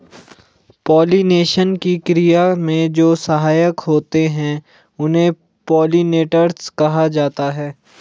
pollination की क्रिया में जो सहायक होते हैं उन्हें पोलिनेटर्स कहा जाता है